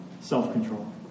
self-control